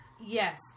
yes